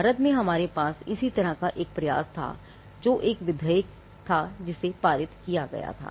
भारत में हमारे पास इसी तरह का एक प्रयास था जो एक विधेयक था जिसे पारित किया गया था